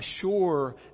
sure